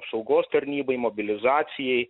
apsaugos tarnybai mobilizacijai